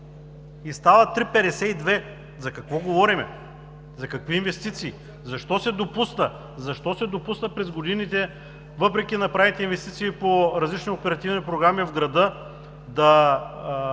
и става 3,52. За какво говорим? За какви инвестиции? Защо се допусна през годините, въпреки направените инвестиции по различни оперативни програми, в града да